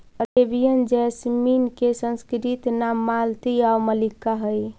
Arabian jasmine के संस्कृत नाम मालती आउ मल्लिका हइ